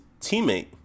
teammate